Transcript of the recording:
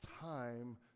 time